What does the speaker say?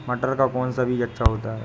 मटर का कौन सा बीज अच्छा होता हैं?